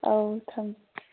ꯑꯥꯎ ꯊꯝꯃꯦ